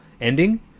ending